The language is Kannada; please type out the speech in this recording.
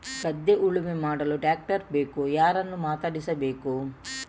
ಗದ್ಧೆ ಉಳುಮೆ ಮಾಡಲು ಟ್ರ್ಯಾಕ್ಟರ್ ಬೇಕು ಯಾರನ್ನು ಮಾತಾಡಿಸಬೇಕು?